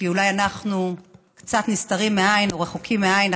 כי אולי אנחנו קצת נסתרים מהעין או רחוקים מהעין,